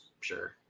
Sure